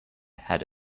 had